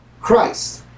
Christ